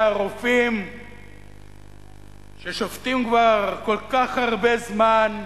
הרופאים ששובתים כבר כל כך הרבה זמן,